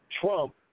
Trump